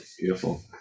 beautiful